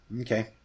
Okay